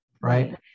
right